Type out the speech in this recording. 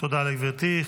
תודה לגברתי.